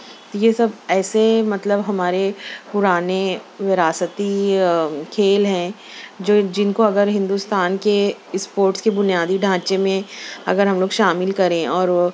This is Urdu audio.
تو یہ سب ایسے مطلب ہمارے پرانے وراثتی کھیل ہیں جو جن کو اگر ہندوستان کے اسپوٹس کے بنیادی ڈھانچے میں اگر ہم لوگ شامل کریں اور وہ